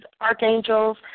archangels